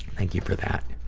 thank you for that.